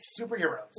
superheroes